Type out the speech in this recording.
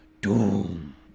doom